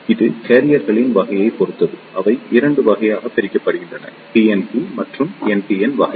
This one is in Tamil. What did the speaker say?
இது கேரியர்களின் வகையைப் பொறுத்து அவை 2 வகைகளாகப் பிரிக்கப்படுகின்றன பிஎன்பி மற்றும் என்பிஎன் வகை